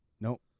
Nope